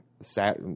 sat